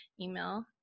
email